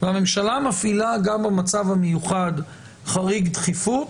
והממשלה מפעילה גם במצב המיוחד חריג דחיפות,